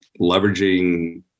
leveraging